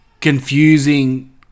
confusing